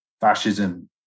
fascism